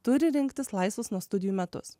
turi rinktis laisvus nuo studijų metus